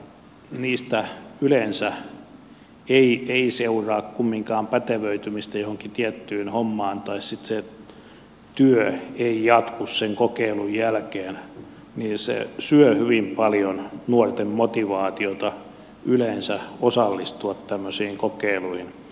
kun niistä yleensä ei seuraa kumminkaan pätevöitymistä johonkin tiettyyn hommaan tai sitten se työ ei jatku sen kokeilun jälkeen niin se syö hyvin paljon nuorten motivaatiota yleensä osallistua tämmöisiin kokeiluihin